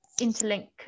interlink